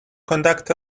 conduct